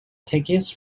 tickets